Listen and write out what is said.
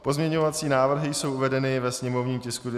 Pozměňovací návrhy jsou uvedeny ve sněmovním tisku 213/2.